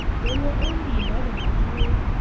they were only eleven all told,